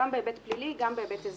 גם בהיבט פלילי וגם בהיבט אזרחי.